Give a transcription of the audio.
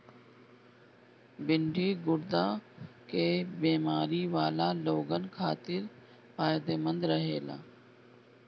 भिन्डी गुर्दा के बेमारी वाला लोगन खातिर फायदमंद रहेला